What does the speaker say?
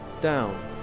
down